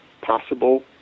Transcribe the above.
possible